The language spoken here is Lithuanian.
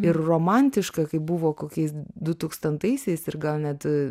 ir romantiška kaip buvo kokiais du tūkstantaisiais ir gal net